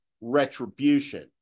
retribution